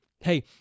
Hey